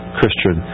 Christian